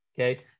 okay